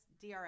DRS